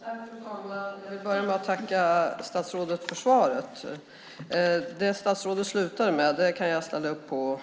Fru talman! Jag vill börja med att tacka statsrådet för svaret. Det statsrådet avslutade sitt anförande med kan jag ställa upp på;